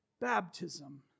baptism